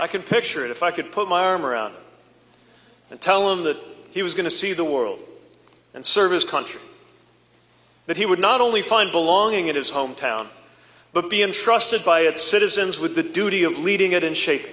could picture it if i could put my arm around and tell him that he was going to see the world and service country that he would not only find belonging in his hometown but be entrusted by its citizens with the duty of leading it and shape